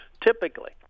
typically